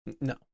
No